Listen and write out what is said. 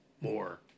more